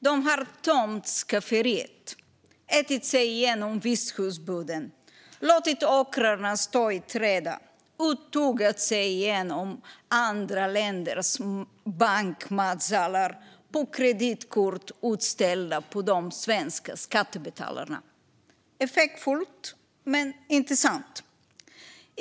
De har tömt skafferiet, ätit sig igenom visthusboden, låtit åkrarna stå i träda och tuggat sig igenom andra länders bankmatsalar på kreditkort utställda på de svenska skattebetalarna." Effektfullt, men inte sant.